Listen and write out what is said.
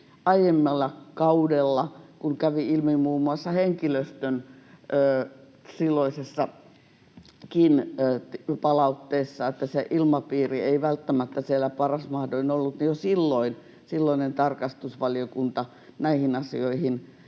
omat havaintonsa, kun kävi ilmi muun muassa henkilöstön silloisessakin palautteessa, että se ilmapiiri ei välttämättä siellä paras mahdollinen ollut. Eli siinä suhteessa myös pidän